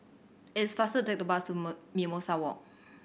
it's faster to take to bus to Mimosa Walk